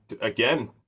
again